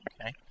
Okay